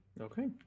Okay